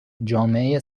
جامعه